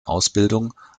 ausbildung